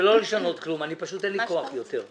ולא לשנות כלום, פשוט אין לי כוח יותר.